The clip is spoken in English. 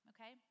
Okay